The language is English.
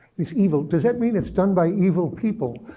it's evil. does that mean it's done by evil people?